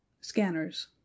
Scanners